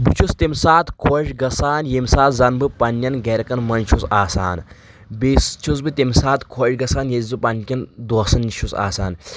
بہٕ چھُس تیٚمہِ ساتہٕ خۄش گژھان ییٚمہِ سات زن بہٕ پننٮ۪ن گرِکٮ۪ن منٛز چھُس آسان بیٚیہِ چھُس بہٕ تمہِ ساتہٕ خۄش گژھان ییٚلہِ زِ پننہِ کٮ۪ن دوستن نش چھُس آسان